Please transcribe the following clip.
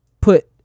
put